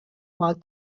mark